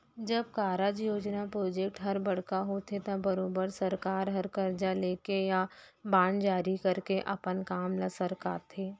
जब कारज, योजना प्रोजेक्ट हर बड़का होथे त बरोबर सरकार हर करजा लेके या बांड जारी करके अपन काम ल सरकाथे